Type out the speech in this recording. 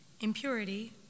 impurity